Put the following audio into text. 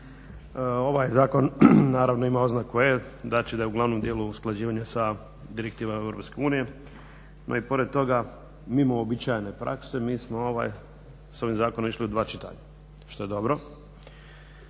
Ovaj zakon naravno ima oznaku E, znači da je u glavnom dijelu usklađivanja sa direktivama Europske unije, no i pored toga mimo uobičajene prakse mi smo s ovim zakonom išli u dva čitanja što je dobro.